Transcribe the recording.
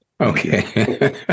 Okay